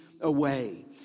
away